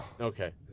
Okay